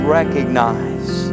recognize